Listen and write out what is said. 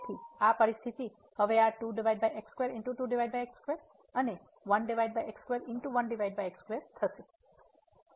તેથી આ પરિસ્થિતિ હવે આ અને આ છે